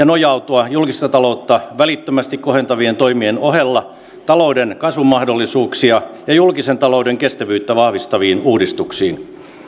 nojautua julkista taloutta välittömästi kohentavien toimien ohella talouden kasvumahdollisuuksia ja julkisen talouden kestävyyttä vahvistaviin uudistuksiin